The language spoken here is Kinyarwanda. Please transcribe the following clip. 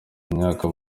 imyaka